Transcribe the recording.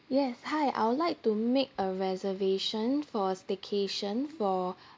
yes hi I would like to make a reservation for staycation for